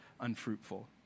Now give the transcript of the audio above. unfruitful